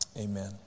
amen